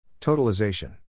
Totalization